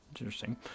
Interesting